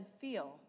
feel